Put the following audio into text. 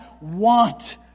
want